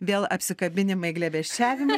vėl apsikabinimai glėbesčiavimaisi